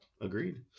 Agreed